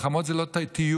מלחמות זה לא טיול.